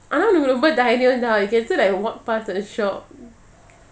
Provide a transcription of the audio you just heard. ஆமாரொம்பதைரியம்தான்:ama romba thairiyam than you can still like walk past the shop